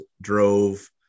drove